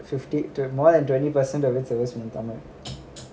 fifty two more than twenty percent of it's supposed to be in tamil